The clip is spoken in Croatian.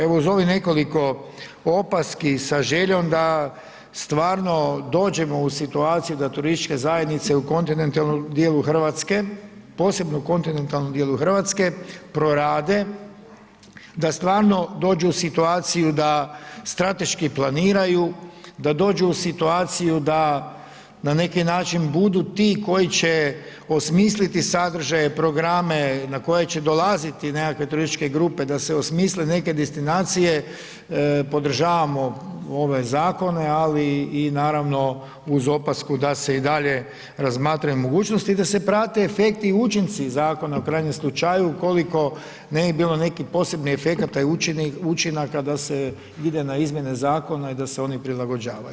Evo uz ovih nekoliko opaski sa željom da stvarno dođemo u situaciju da turističke zajednice u kontinentalnom dijelu Hrvatske, posebno u kontinentalnom dijelu Hrvatske prorade, da stvarno dođu u situaciju da strateški planiraju, da dođu u situaciju da na neki način budu ti koji će osmisliti sadržaje, programe na koje će dolaziti nekakve turističke grupe, da se osmisle neke destinacije, podržavamo ove zakone ali i naravno uz opasku da se i dalje razmatraju mogućnosti i da se prate efekti i učinci zakona u krajnjem slučaju ukoliko ne bi bilo nekih posebnih efekata i učinaka da se ide na izmjene zakona i da se oni prilagođavaju.